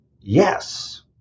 yes